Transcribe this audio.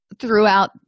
throughout